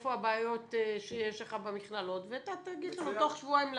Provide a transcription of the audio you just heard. איפה הבעיות שיש לך במכללות ואתה תגיד תוך שבועיים לוועדה.